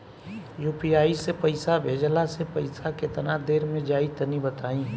UPI से पईसा भेजलाऽ से पईसा केतना देर मे जाई तनि बताई?